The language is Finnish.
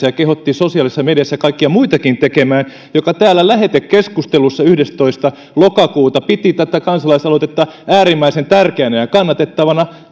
ja kehotti sosiaalisessa mediassa kaikkia muitakin niin tekemään ja joka täällä lähetekeskustelussa yhdestoista lokakuuta piti tätä kansalaisaloitetta äärimmäisen tärkeänä ja kannatettavana